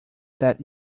that